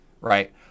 right